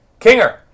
Kinger